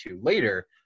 later